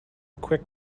quick